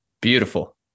Beautiful